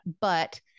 But-